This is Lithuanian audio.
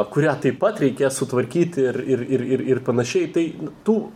kurią taip pat reikės sutvarkyti ir ir ir ir panašiai tai tų